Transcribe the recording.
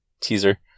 Teaser